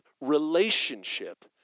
relationship